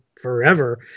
forever